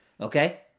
Okay